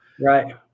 right